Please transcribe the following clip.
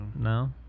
no